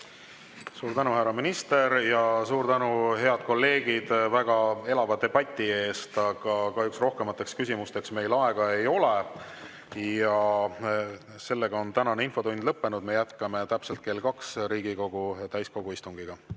Suur tänu, härra minister! Suur tänu, head kolleegid, väga elava debati eest! Kahjuks rohkemateks küsimusteks meil aega ei ole. Tänane infotund on lõppenud. Me jätkame täpselt kell kaks Riigikogu täiskogu istungiga.